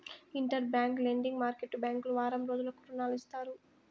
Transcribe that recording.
inter bank lending market బ్యాంకులు వారం రోజులకు రుణాలు ఇస్తాయి